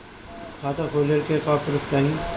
खाता खोलले का का प्रूफ चाही?